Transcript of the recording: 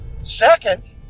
Second